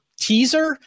teaser